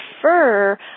prefer